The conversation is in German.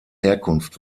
herkunft